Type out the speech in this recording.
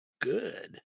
good